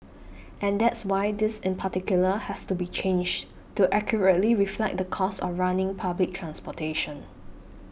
and that's why this in particular has to be changed to accurately reflect the cost of running public transportation